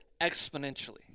exponentially